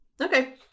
Okay